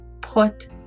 put